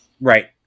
Right